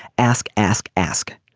ask ask ask.